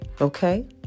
okay